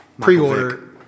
pre-order